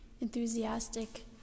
enthusiastic